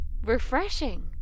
refreshing